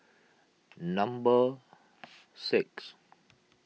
number six